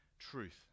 truth